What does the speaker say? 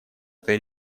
этой